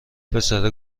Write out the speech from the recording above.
پسره